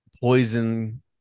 poison